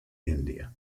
india